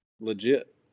Legit